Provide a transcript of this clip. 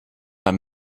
man